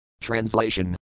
Translation